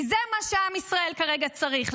כי זה מה שעם ישראל כרגע צריך,